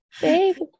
baby